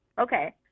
Okay